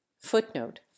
Footnote